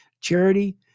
charity